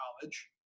college